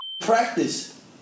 practice